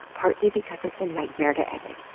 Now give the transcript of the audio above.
partly because it's a nightmare to edit.